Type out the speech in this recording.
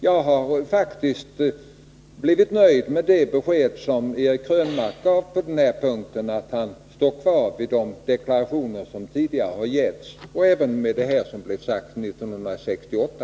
Jag har faktiskt blivit nöjd med det besked som Eric Krönmark gav på denna punkt, nämligen att han står kvar vid de deklarationer som tidigare har givits, däribland det som anfördes 1968.